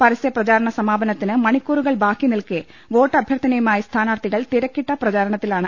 പരസ്യപ്രചാരണ സമാപനത്തിന് മണി ക്കൂറുകൾ ബാക്കി നിൽക്കെ വോട്ട് അഭ്യർത്ഥനയുമായി സ്ഥാനാർത്ഥികൾ തിരക്കിട്ട പ്രചാരണത്തിലാണ്